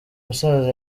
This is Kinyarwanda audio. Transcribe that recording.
musaza